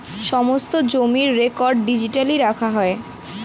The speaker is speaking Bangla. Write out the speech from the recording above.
সমস্ত জমির রেকর্ড ডিজিটালি রাখা যায়